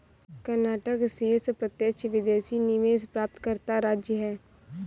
कर्नाटक शीर्ष प्रत्यक्ष विदेशी निवेश प्राप्तकर्ता राज्य है